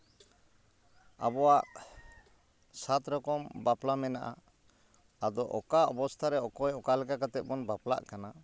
ᱟᱵᱚᱣᱟᱜ ᱥᱟᱛ ᱨᱚᱠᱚᱢ ᱵᱟᱯᱞᱟ ᱢᱮᱱᱟᱜᱼᱟ ᱟᱫᱚ ᱚᱠᱟ ᱚᱵᱚᱥᱛᱟ ᱨᱮ ᱚᱠᱚᱭ ᱚᱠᱟ ᱞᱮᱠᱟ ᱠᱟᱛᱮ ᱵᱚᱱ ᱵᱟᱯᱞᱟᱜ ᱠᱟᱱᱟ